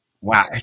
wow